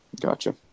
Gotcha